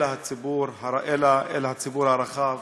אלא אל הציבור הרחב